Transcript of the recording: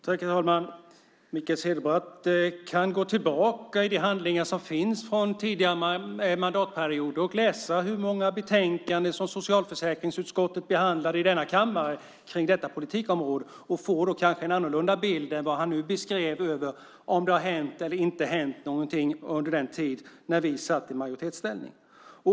Herr talman! Mikael Cederbratt kan gå tillbaka i de handlingar som finns från tidigare mandatperiod och läsa hur många betänkanden som socialförsäkringsutskottet behandlade i denna kammare om detta politikområde. Han får då kanske en annorlunda bild än den han nu beskrev av om det har hänt eller inte hänt någonting under den tid vi satt i majoritetsställning.